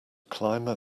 climber